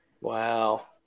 Wow